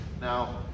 now